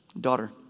daughter